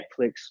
Netflix